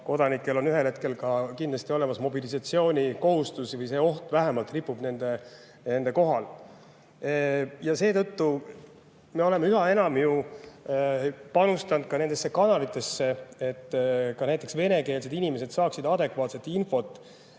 kodanikel on ühel hetkel kindlasti mobilisatsioonikohustus, vähemalt see oht ripub nende kohal. Seetõttu me oleme üha enam panustanud ka nendesse kanalitesse, et ka näiteks venekeelsed inimesed saaksid adekvaatset infot.